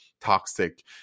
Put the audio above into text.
toxic